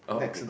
oh okay